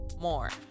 more